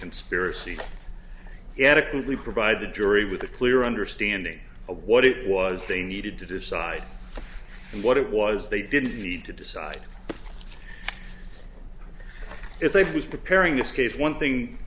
conspiracy yet acutely provide the jury with a clear understanding of what it was they needed to decide what it was they didn't need to decide it's a who's preparing this case one thing